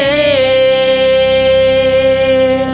a